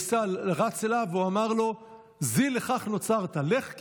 רץ אליו והוא אמר "זיל לכך נוצרת" לך,